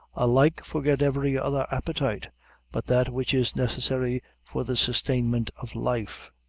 alike forget every other appetite but that which is necessary for the sustainment of life.